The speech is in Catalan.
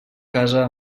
casa